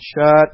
shut